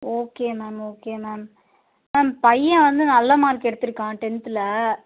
okay ma'am okay ma'am ma'am பையன் வந்து நல்ல மார்க் எடுத்துருக்கான் டென்த்தில்